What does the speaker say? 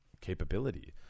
capability